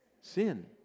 Sin